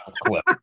clip